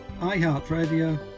iHeartRadio